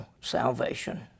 salvation